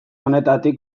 horretatik